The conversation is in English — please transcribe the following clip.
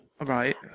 right